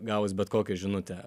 gavus bet kokią žinutę